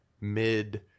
mid